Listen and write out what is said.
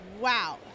Wow